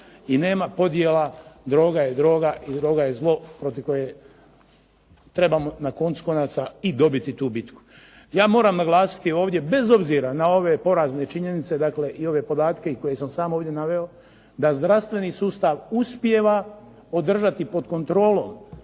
i nema podjela. Droga je droga i droga je zlo protiv koje trebamo na koncu konaca i dobiti tu bitku. Ja moram naglasiti ovdje bez obzira na ove porazne činjenice, dakle i ove podatke koje sam sam ovdje naveo, da zdravstveni sustav uspijeva održati pod kontrolom,